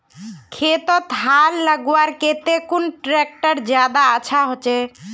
खेतोत हाल लगवार केते कुन ट्रैक्टर ज्यादा अच्छा होचए?